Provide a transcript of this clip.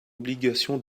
obligation